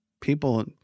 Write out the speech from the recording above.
people